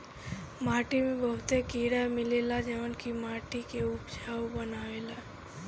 माटी में बहुते कीड़ा मिलेला जवन की माटी के उपजाऊ बनावेला